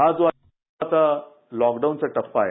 हा जो आता लॉकडाउन चा टप्पा आहे